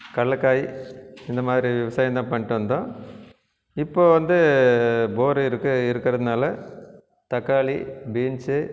கடலக்காய் இந்த மாதிரி விவசாயம் தான் பண்ணிட்டு வந்தோம் இப்போது வந்து போரு இருக்குது இருக்கிறதுனால தக்காளி பீன்ஸு